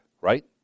right